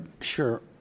Sure